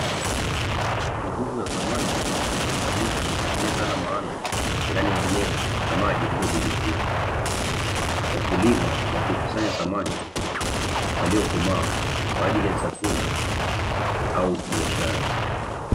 Uvuvi wa samaki unafanyika kwa kutumia zana maalum, ndani ya eneo la maji lililodhibitiwa, wakulima wakikusanya samaki waliokomaa kwa ajili ya chakula au biashara.